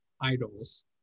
idols